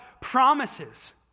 promises